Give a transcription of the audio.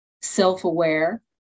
self-aware